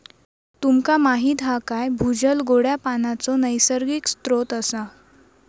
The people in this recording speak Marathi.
तुमका माहीत हा काय भूजल गोड्या पानाचो नैसर्गिक स्त्रोत असा